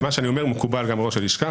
מה שאני אומר מקובל גם על ראש הלשכה.